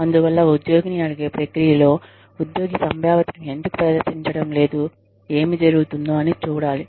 అందువల్ల ఉద్యోగిని అడిగే ప్రక్రియలో ఉద్యోగి సంభావ్యతను ఎందుకు ప్రదర్శించడం లేదు ఏమి జరుగుతోంది అని చూడాలి